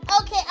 Okay